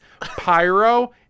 Pyro